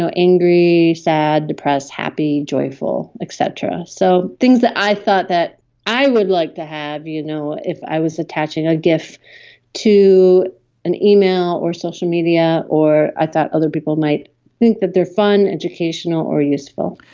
so angry, sad, depressed, happy, joyful, et cetera. so things that i thought that i would like to have you know if i was attaching a gif to an email or social media or i thought other people might think that they're fun, educational or useful.